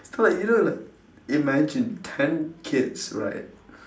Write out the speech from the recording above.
so you know like imagine ten kids right